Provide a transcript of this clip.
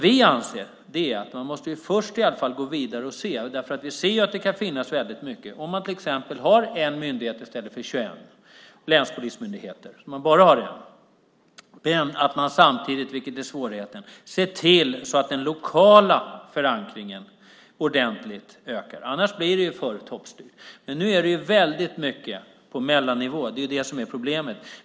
Vi anser att man först måste gå vidare och titta på detta. Om man till exempel har en myndighet i stället för 21 länspolismyndigheter måste man se till att den lokala förankringen ökar ordentligt, annars blir det ju för toppstyrt. Nu är det mycket på mellannivå. Det är problemet.